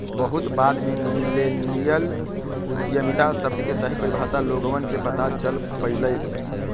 बहुत बाद में मिल्लेनियल उद्यमिता शब्द के सही परिभाषा लोगवन के पता चल पईलय